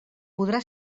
podrà